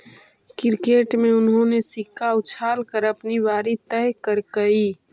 cricket में उन्होंने सिक्का उछाल कर अपनी बारी तय करकइ